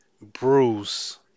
Bruce